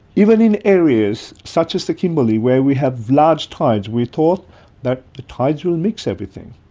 even in areas such as the kimberley where we have large tides, we thought that the tides would mix everything,